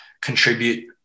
contribute